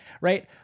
right